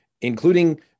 including